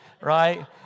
right